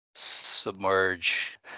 Submerge